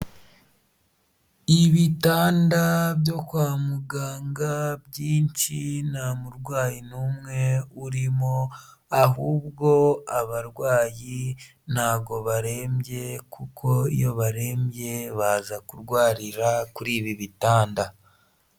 Ibitanda byo kwa muganga byinshi, nta murwayi n'umwe urimo, ahubwo abarwayi ntago barembye kuko iyo barembye baza kurwarira kuri ibi bitanda.